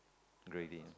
gravy